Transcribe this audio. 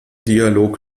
dialog